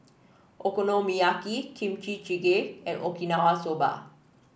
Okonomiyaki Kimchi Jjigae and Okinawa Soba